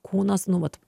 kūnas nu vat